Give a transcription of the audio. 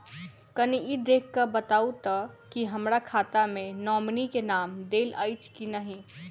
कनि ई देख कऽ बताऊ तऽ की हमरा खाता मे नॉमनी केँ नाम देल अछि की नहि?